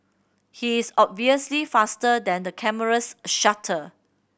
he is obviously faster than the camera's shutter